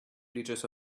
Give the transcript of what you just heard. liters